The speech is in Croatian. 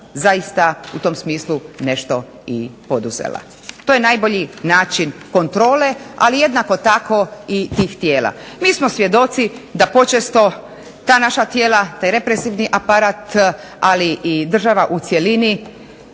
zaista u tom smislu i nešto poduzela. To je najbolji način kontrole, ali jednako tako i tih tijela. Mi smo svjedoci da počesto ta naša tijela, taj represivni aparat ali i država u cjelini